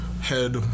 head